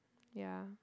yeah